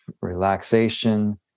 relaxation